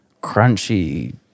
crunchy